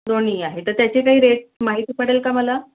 दोन्हीही आहे तर त्याचे काही रेट माहिती पडेल का मला